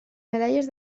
medalles